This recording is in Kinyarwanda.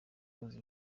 koza